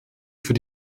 für